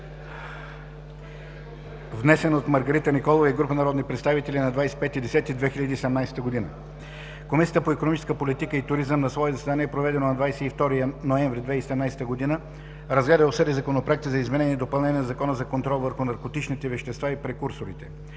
внесен от Маргарита Николова и група народни представители на 25 октомври 2017 г. Комисията по икономическа политика и туризъм на свое заседание, проведено на 22 ноември 2017 г., разгледа и обсъди Законопроекта за изменение и допълнение на Закона за контрол върху наркотичните вещества и прекурсорите.